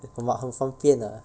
but 很方便 ah